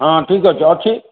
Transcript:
ହଁ ଠିକ ଅଛି ଅଛି